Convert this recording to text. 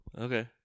Okay